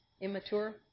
immature